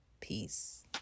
Peace